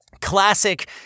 classic